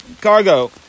Cargo